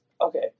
Okay